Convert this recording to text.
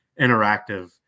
interactive